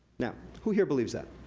now, who here believes that?